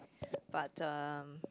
but the